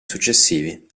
successivi